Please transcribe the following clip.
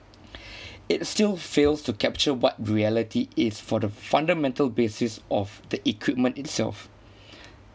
it still fails to capture what reality is for the fundamental basis of the equipment itself